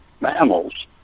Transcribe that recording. mammals